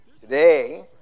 Today